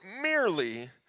merely